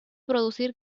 producir